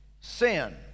Sin